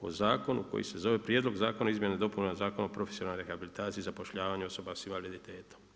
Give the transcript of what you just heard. Po zakonu koji se zove Prijedlog zakona o izmjenama i dopunama Zakona o profesionalnoj rehabilitaciji i zapošljavanju osoba sa invaliditetom.